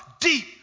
deep